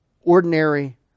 ordinary